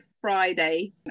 Friday